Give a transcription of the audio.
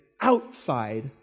outside